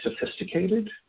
sophisticated